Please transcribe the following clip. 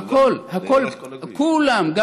כולם.